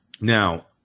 Now